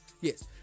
yes